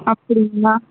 அப்பிடிங்களா